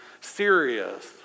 serious